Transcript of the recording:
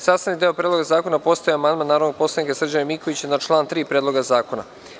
Sastavni deo Predloga zakona postao je amandman narodnog poslanika Srđana Mikovića na član 3. Predloga zakona.